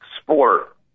sport